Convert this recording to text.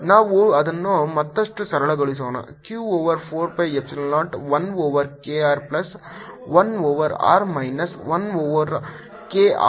ನಾವು ಅದನ್ನು ಮತ್ತಷ್ಟು ಸರಳಗೊಳಿಸೋಣ q over 4 pi epsilon 0 1 over k r plus 1 over r minus 1 over k R